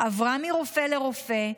עברה מרופא לרופא,